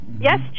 Yes